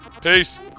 Peace